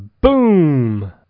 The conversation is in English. boom